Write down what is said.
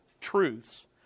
truths